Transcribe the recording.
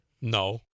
No